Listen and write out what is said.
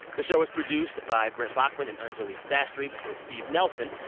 the show was produced by brent baughman and anjuli sastry, with steve nelson,